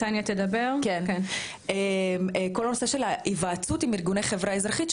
כל הנושא של היוועצות עם ארגוני חברה אזרחית,